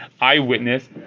eyewitness